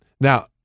Now